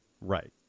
Right